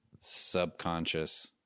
subconscious